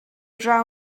draw